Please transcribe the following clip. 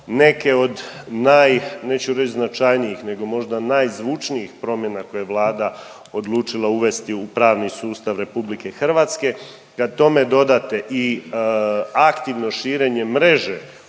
neke od naj, neću reć značajnijih nego možda najzvučnijih promjena koje je Vlada odlučila uvesti u pravni sustav RH. Kad tome dodate i aktivno širenje mreže